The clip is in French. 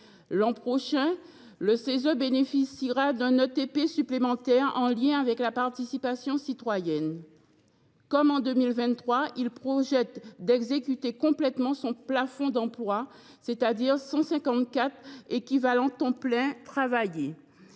L’an prochain, le Cese bénéficiera d’un ETP supplémentaire, en lien avec la participation citoyenne. Comme en 2023, il projette d’exécuter complètement son plafond d’emplois, c’est à dire 154 ETP. L’exercice 2024 sera marqué